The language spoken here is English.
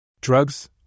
Drugs